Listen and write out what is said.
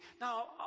now